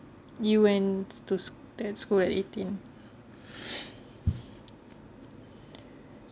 you went to that school at eighteen